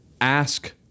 ask